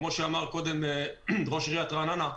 כמו שאמר ראש עיריית רעננה קודם,